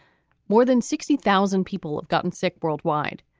more than sixty thousand people have gotten sick worldwide.